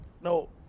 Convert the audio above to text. No